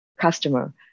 customer